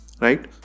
right